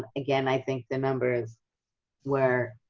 ah again, i think the numbers were